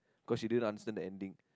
cause she didn't understand the ending